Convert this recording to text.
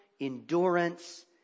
endurance